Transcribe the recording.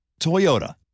Toyota